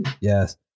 Yes